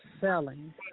selling